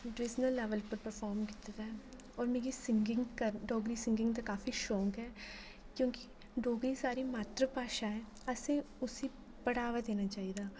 divisional level उप्पर perform कीते दा ऐ होर मिगी सिन्गिंग क डोगरी सिन्गिंग दा काफी शौंक ऐ क्योंकि डोगरी साढ़ी मात्तर भाशा ऐ असें उसी बढ़ावा देना चाहिदा